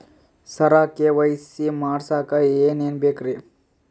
ಸರ KYC ಮಾಡಸಕ್ಕ ಎನೆನ ಬೇಕ್ರಿ?